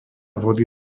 vody